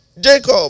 jacob